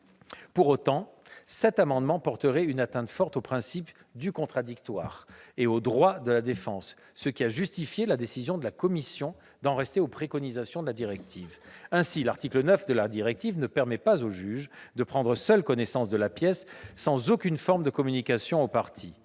Pour autant, adopter cet amendement porterait une atteinte forte au principe du contradictoire et aux droits de la défense, ce qui a justifié la décision de la commission d'en rester aux préconisations de la directive. Ainsi, l'article 9 de la directive ne permet pas au juge de prendre seul connaissance de la pièce sans aucune forme de communication aux parties.